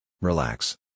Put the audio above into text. Relax